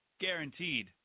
Guaranteed